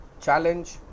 challenge